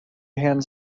hand